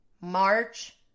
March